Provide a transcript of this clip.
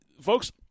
Folks